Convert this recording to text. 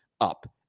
up